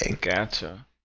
Gotcha